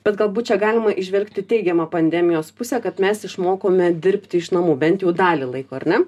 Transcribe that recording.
bet galbūt čia galima įžvelgti teigiamą pandemijos pusę kad mes išmokome dirbti iš namų bent jau dalį laiko ar ne